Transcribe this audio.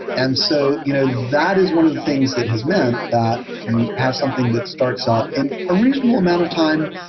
and so you know that is one of the things that has meant that you have something that starts up in a reasonable reasonable amount of time,